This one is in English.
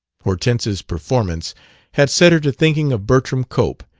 hortense's performance had set her to thinking of bertram cope,